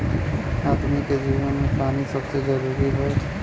आदमी के जीवन मे पानी सबसे जरूरी हौ